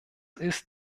ist